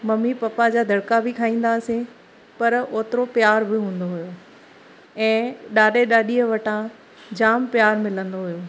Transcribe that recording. mummy papa जा दड़िका बि खाईंदा हुआसीं पर ओतिरो प्यारु बि हूंदो हुओ ऐं ॾाॾे ॾाॾीअ वटां जाम प्यारु मिलंदो हुओ